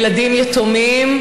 ילדים יתומים,